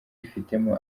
ifitemo